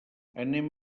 anem